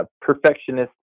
perfectionist